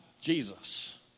Jesus